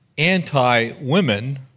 anti-women